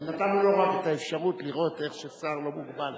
נתנו לו רק אפשרות לראות איך ששר לא מוגבל.